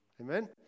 Amen